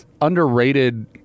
underrated